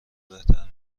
بهتر